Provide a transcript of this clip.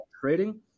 trading